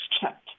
checked